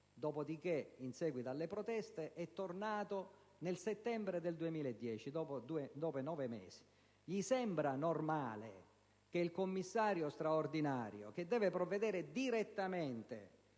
Dopodiché, in seguito alle proteste, è tornato nel settembre del 2010, dopo nove mesi. Le sembra normale, dottor Bertolaso, che il commissario straordinario, che deve provvedere direttamente